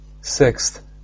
Sixth